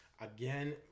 again